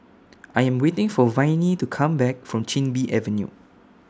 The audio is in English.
I Am waiting For Viney to Come Back from Chin Bee Avenue